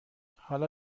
حالا